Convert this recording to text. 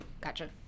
gotcha